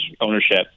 ownership